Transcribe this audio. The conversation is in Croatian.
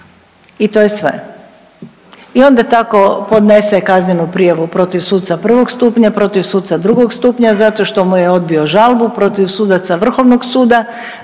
i to je sve. I onda tako podnese kaznenu prijavu protiv suca prvog stupnja, protiv suca drugog stupnja zato što mu je odbio žalbu, protiv sudaca Vrhovnog suda